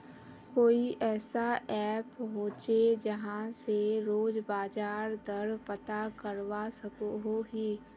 कोई ऐसा ऐप होचे जहा से रोज बाजार दर पता करवा सकोहो ही?